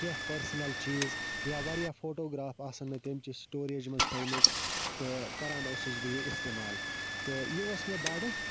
کیٚنٛہہ پٔرسٕنَل چیٖز یا واریاہ فوٹوگرٛاف آسَن مےٚ تمہِ چہِ سٹوریج منٛز تھٲیمٕتۍ تہٕ کَران اوسُس بہٕ یہِ اِستعمال تہٕ یہِ اوس مےٚ بَڑٕ